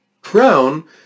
crown